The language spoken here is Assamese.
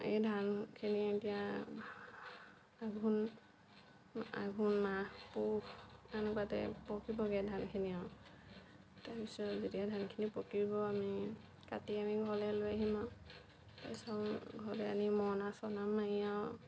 এই ধানখিনি এতিয়া আঘোণ আঘোণ মাহ পুহ এনেকুৱাতে পকিবগে ধানখিনি আৰু তাৰপিছত যেতিয়া ধানখিনি পকিব আমি কাটি আমি ঘৰলে লৈ আহিম আৰু তাৰপিছত ঘৰলৈ আনি মৰণা চৰণা মাৰি আৰু